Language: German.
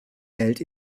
welt